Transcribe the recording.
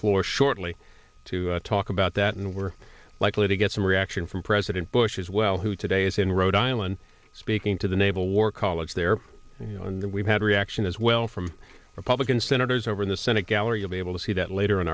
floor shortly to talk about that and we're likely to get some reaction from president bush as well who today is in rhode island speaking to the naval war college there and we've had reaction as well from republican senators over in the senate gallery of able to see that later